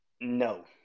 no